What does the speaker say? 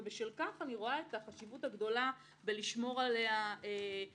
ובשל כך אני רואה את החשיבות הגדולה בשמירה עליה חופשית.